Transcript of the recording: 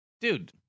dude